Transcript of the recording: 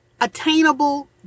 attainable